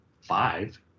five